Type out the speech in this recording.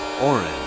Orange